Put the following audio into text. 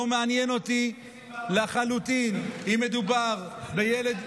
לא מעניין אותי לחלוטין אם מדובר בילד.